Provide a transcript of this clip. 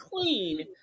clean